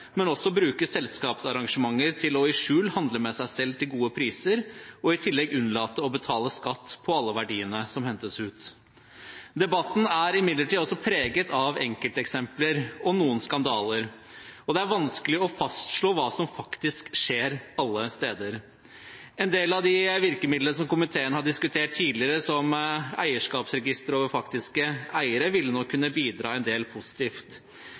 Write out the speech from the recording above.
men også bruker selskapsarrangementer til i skjul å handle med seg selv til gode priser og i tillegg unnlater å betale skatt på alle verdiene som hentes ut. Debatten er imidlertid også preget av enkelteksempler og noen skandaler. Det er vanskelig å fastslå hva som faktisk skjer alle steder. En del av de virkemidlene som komiteen har diskutert tidligere, som eierskapsregistre over faktiske eiere, ville nok kunne bidra en del positivt.